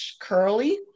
curly